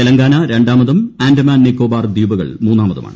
തെലങ്കാന രണ്ടാമതും ആൻഡമാൻ നിക്കോബ്ജർ ദ്വീപുകൾ മൂന്നാമതുമാണ്